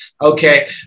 okay